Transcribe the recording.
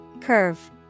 Curve